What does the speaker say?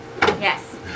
Yes